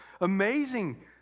amazing